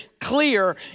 clear